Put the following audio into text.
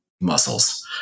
muscles